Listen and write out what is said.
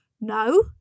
No